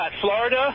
Florida